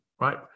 right